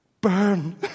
burn